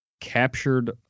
captured